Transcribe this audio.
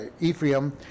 Ephraim